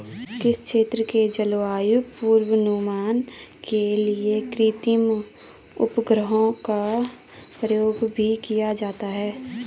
किसी क्षेत्र के जलवायु पूर्वानुमान के लिए कृत्रिम उपग्रहों का प्रयोग भी किया जाता है